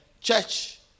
church